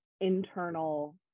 internal